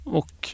och